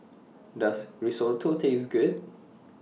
Does Risotto Taste Good